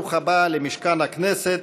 וברוך הבא למשכן הכנסת,